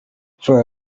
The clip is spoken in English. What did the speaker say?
for